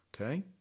Okay